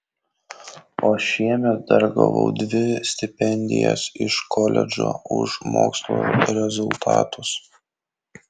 o šiemet dar gavau dvi stipendijas iš koledžo už mokslo rezultatus